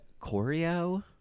choreo